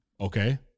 okay